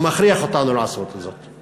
הוא מכריח אותנו לעשות זאת.